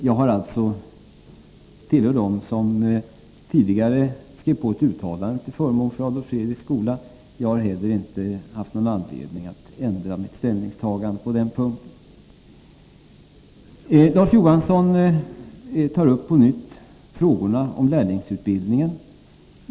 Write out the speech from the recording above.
Jag tillhör dem som tidigare skrev på ett uttalande till förmån för Adolf Fredriks skola. Jag har heller inte haft någon anledning att ändra mitt ställningstagande på den punkten. Larz Johansson tar på nytt upp frågorna om lärlingsutbildning.